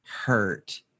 hurt